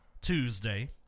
Tuesday